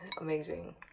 amazing